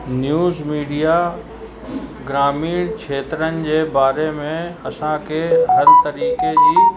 news media ग्रामीण खेत्रनि जे बारे में असांखे हर तरीक़े जी